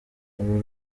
uru